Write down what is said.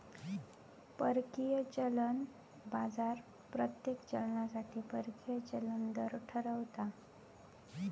परकीय चलन बाजार प्रत्येक चलनासाठी परकीय चलन दर ठरवता